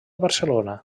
barcelona